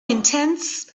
intense